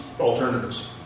alternatives